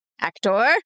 Actor